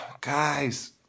Guys